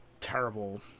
terrible